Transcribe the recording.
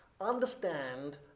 Understand